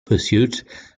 pursuit